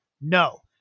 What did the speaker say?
No